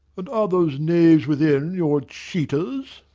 and are those knaves within your cheaters!